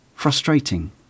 Frustrating